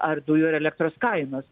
ar dujų ar elektros kainos